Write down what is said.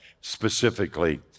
specifically